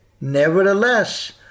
Nevertheless